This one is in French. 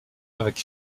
avec